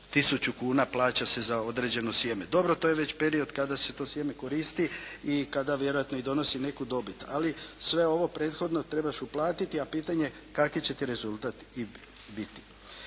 tisuću kuna plaća se za određeno sjeme. Dobro, to je već period kada se to sjeme koristi i kada vjerojatno i donosi neku dobit, ali sve ovo prethodno trebaš uplatiti a pitanje je kakav će ti rezultat biti.